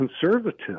conservative